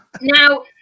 now